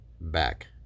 back